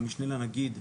והמשנה לנגיד,